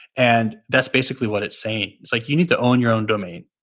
and that's basically what it's saying. it's like you need to own your own domain.